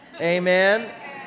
amen